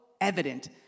evident